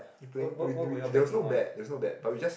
we playing we we there was no bet there was no bet but we just